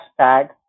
hashtag